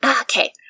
Okay